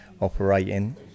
operating